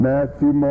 Matthew